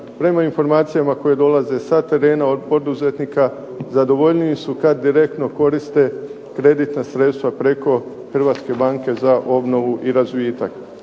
prema informacijama koje dolaze sa terena od poduzetnika, zadovoljniji su kada direktno koriste kreditna sredstva preko Hrvatske banke za obnovu i razvitak.